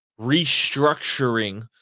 restructuring